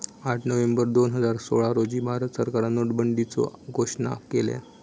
आठ नोव्हेंबर दोन हजार सोळा रोजी भारत सरकारान नोटाबंदीचो घोषणा केल्यान